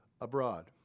abroad